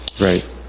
Right